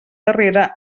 darrere